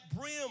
brim